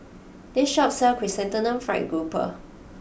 this shop sells Chrysanthemum Fried Grouper